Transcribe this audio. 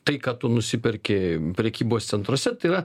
tai ką tu nusiperki prekybos centruose tai yra